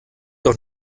doch